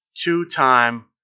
two-time